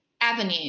avenue